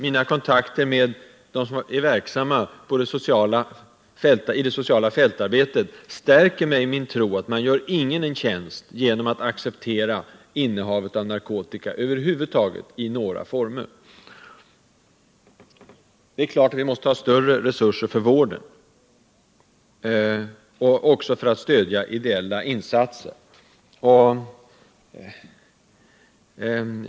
De samtal jag har haft med personer som är verksamma i det sociala fältarbetet stärker mig i min tro att man inte gör någon en tjänst genom att acceptera innehav av narkotika. Det är klart att vi måste ha större resurser för vården och också för ett stöd till ideella insatser.